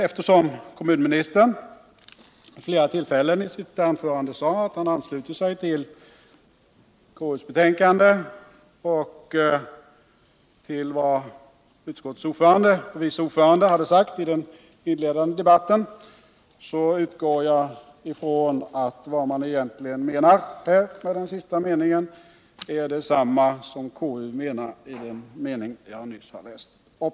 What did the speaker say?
Eftersom kommunministern vid flera tillfällen i sitt anförande sade att han 185 ansluter sig tll konstitutionsutskottets betänkande och ull vad utskottets vice ordförande sade i den inledande debatten utgår jag ifrån att han med den sista Meningen menar detsamma som konstitutionsutskottet skriver i den mening jag nyss läste upp.